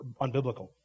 unbiblical